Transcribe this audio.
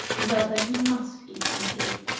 and felt that he must eat and sleep.